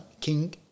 king